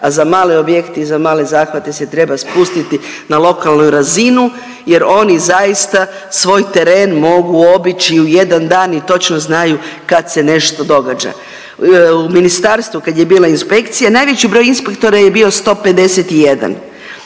a za male objekte i za male zahvate se treba spustiti na lokalnu razinu jer oni zaista svoj teren mogu obići u jedan dan i točno znaju kad se nešto događa. U ministarstvu kad je bila inspekcija najveći broj inspektora je bio 151